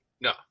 no